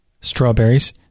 strawberries